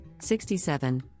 67